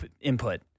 input